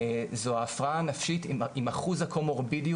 זו ההפרעה הנפשית עם אחוז הקומורבידיות,